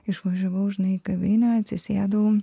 išvažiavau žinai į kavinę atsisėdau